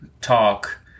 talk